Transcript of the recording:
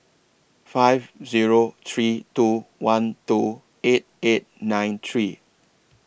five Zero three two one two eight eight nine three